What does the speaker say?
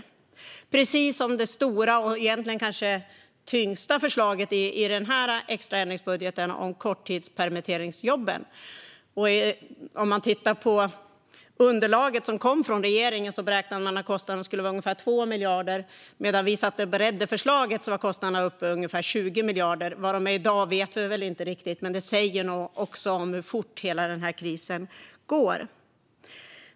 Det är precis som med det stora och kanske tyngsta förslaget i extraändringsbudgeten om korttidspermitteringsjobben. Om man tittar på underlaget som kom från regeringen beräknade man att kostnaden skulle vara ungefär 2 miljarder. Medan vi satt och beredde förslaget var kostnaden uppe i ungefär 20 miljarder. Vad den är i dag vet vi inte riktigt, men det säger något om hur fort hela den här krisen går.